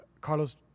Carlos